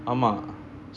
ஆமா:aama